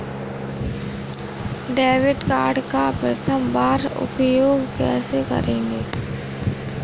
Debit card का प्रथम बार उपयोग कैसे करेंगे?